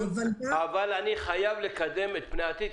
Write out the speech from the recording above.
אבל אני חייב לקדם את פני העתיד,